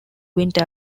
went